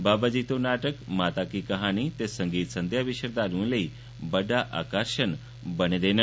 बाबा जित्तो नाटक माता की कहानी ते संगीत संध्या बी श्रद्वालुएं लेई बड्डा आकर्षण बने दे न